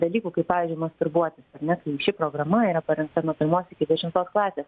dalykų kaip pavyzdžiui masturbuotis ar ne tai ši programa yra parengta nuo pirmos dešimtos klasės